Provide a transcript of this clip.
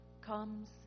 comes